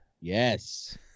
yes